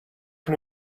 can